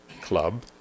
Club